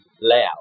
layout